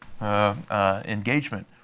Engagement